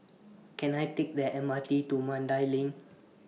Can I Take The M R T to Mandai LINK